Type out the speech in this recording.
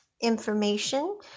Information